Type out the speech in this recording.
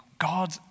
God